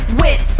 whip